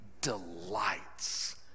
delights